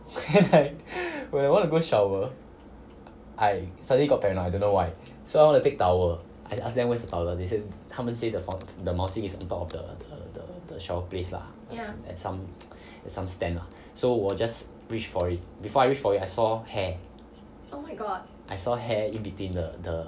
then like when I want to go shower I suddenly got paranoid I don't know why so I want to take towel and ask them where's the towel they said 他们 say the 毛巾 is on top of the shower place lah and some some stand lah so 我 just reach for it before I reach for it I saw hair I saw her hair in between the the